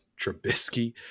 Trubisky